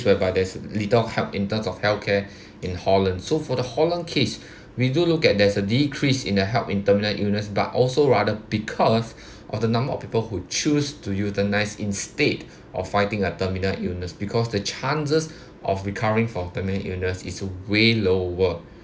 whereby there's little help in terms of healthcare in holland so for the holland case we do look at there's a decrease in the help in terminal illness but also rather because of the number of people who choose to euthanize instead of fighting at terminal illness because the chances of recovering from terminal illness is way lower